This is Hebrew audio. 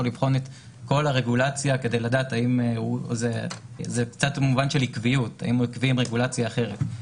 לבחון את כל הרגולציה כדי לדעת האם הוא עקבי עם רגולציה אחרת.